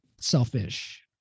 selfish